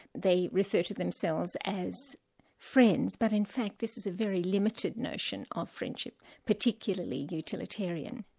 they refer to themselves as friends, but in fact this is a very limited notion of friendship, particularly utilitarian.